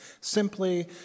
Simply